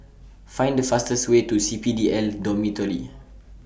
Find The fastest Way to C P D L Dormitory